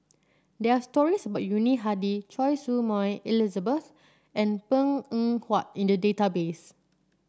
there are stories about Yuni Hadi Choy Su Moi Elizabeth and Png Eng Huat in the database